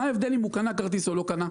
מה ההבדל אם הוא קנה כרטיס או לא קנה?